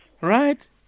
Right